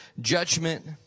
judgment